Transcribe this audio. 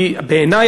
בעיני,